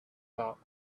thought